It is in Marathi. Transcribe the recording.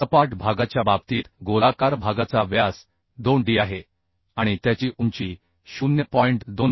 सपाट भागाच्या बाबतीत गोलाकार भागाचा व्यास 2d आहे आणि त्याची उंची 0